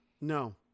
No